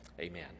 amen